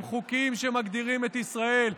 הם חוקים שמגדירים את ישראל,